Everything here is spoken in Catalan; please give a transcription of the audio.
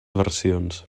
versions